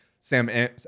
Sam